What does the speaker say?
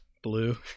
Blue